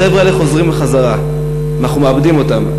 החבר'ה האלה חוזרים, אנחנו מאבדים אותם.